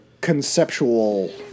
conceptual